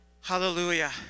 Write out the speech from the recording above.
Hallelujah